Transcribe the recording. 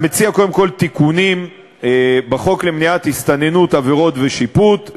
מציע קודם כול תיקונים בחוק למניעת הסתננות (עבירות ושיפוט),